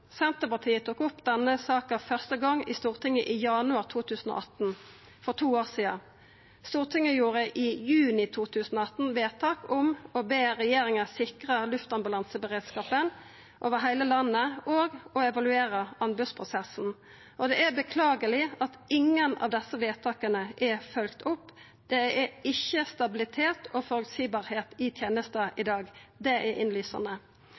Senterpartiet tok opp denne saka første gong i Stortinget i januar 2018, for to år sidan. Stortinget gjorde i juni 2018 vedtak om å be regjeringa sikra luftambulanseberedskapen over heile landet og å evaluera anbodsprosessen. Det er beklageleg at ingen av desse vedtaka er følgde opp. Tenesta er ikkje stabil og føreseieleg i dag. Det er innlysande.